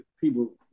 people